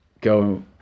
go